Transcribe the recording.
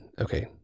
okay